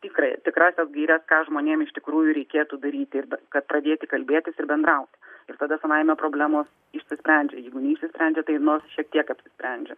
tikrai tikrąsias gaires ką žmonėm iš tikrųjų reikėtų daryti kad pradėti kalbėtis ir bendrauti ir tada savaime problemos išsisprendžia jeigu neišsisprendžia tai nors šiek tiek apsisprendžia